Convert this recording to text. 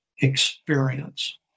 experience